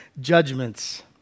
judgments